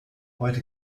heute